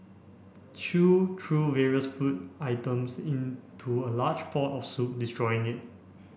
chew threw various food items into a large pot of soup destroying it